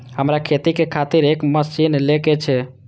हमरा खेती के खातिर एक मशीन ले के छे?